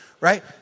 Right